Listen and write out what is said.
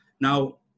Now